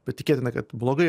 bet tikėtina kad blogai